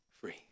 Free